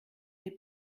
des